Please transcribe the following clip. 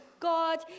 God